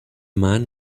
man